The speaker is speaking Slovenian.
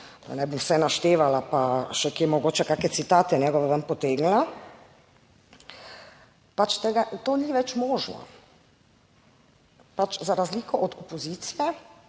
ne bi vse naštevala pa še kje mogoče kakšne citate njegove ven potegnila, pač tega, to ni več možno. Pač za razliko od opozicije